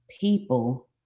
people